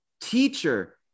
teacher